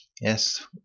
Yes